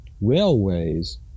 railways